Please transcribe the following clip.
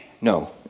No